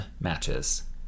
matches